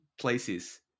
places